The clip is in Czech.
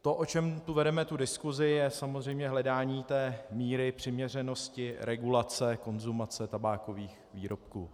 To, o čem tu vedeme diskusi, je samozřejmě hledání míry přiměřenosti regulace konzumace tabákových výrobků.